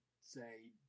say